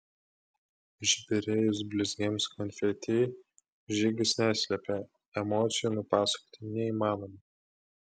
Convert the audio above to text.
išbyrėjus blizgiems konfeti žygis neslėpė emocijų nupasakoti neįmanoma